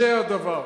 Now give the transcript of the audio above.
זה הדבר,